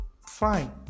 fine